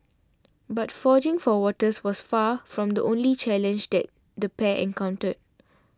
but foraging for water's was far from the only challenge that the pair encountered